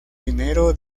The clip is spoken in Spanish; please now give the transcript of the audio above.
dinero